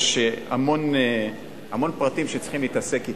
יש פה המון פרטים שצריכים להתעסק אתם: